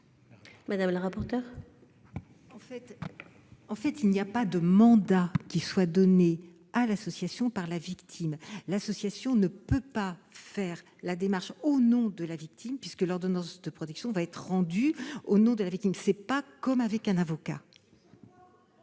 Mme le rapporteur. Il n'y a pas de mandat qui soit donné à l'association par la victime. L'association ne peut faire la démarche pour la victime, puisque l'ordonnance de protection sera rendue au nom de cette dernière. Ce n'est pas comme avec un avocat.